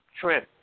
Trent